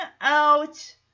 out